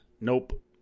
nope